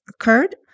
occurred